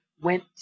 went